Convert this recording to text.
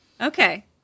Okay